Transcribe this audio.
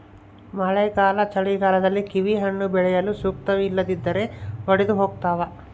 ಮಳೆಗಾಲ ಚಳಿಗಾಲದಲ್ಲಿ ಕಿವಿಹಣ್ಣು ಬೆಳೆಯಲು ಸೂಕ್ತ ಇಲ್ಲದಿದ್ದರೆ ಒಡೆದುಹೋತವ